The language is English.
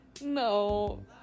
No